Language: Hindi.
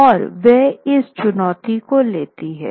और वह इस चुनौती को लेती है